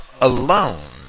alone